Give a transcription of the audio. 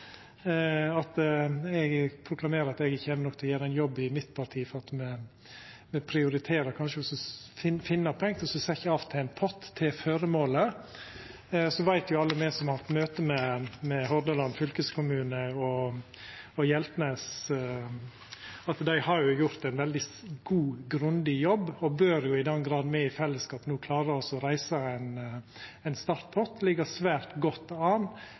eg at eg kjem nok til å gjera ein jobb i mitt parti for at me kanskje prioriterer å finna pengar til å setja av til ein pott til føremålet. Så veit me, alle me som har hatt møte med Hordaland fylkeskommune og Hjeltnes, at dei har gjort ein veldig god, grundig jobb og bør i den grad me i fellesskap no klarer å reisa ein startpott, liggja svært godt an